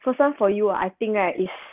so some for you ah I think like is